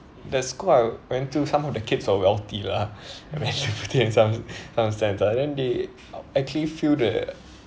the school I went to some of the kids are wealthy lah when you put it in some some sense ah then they actually feel the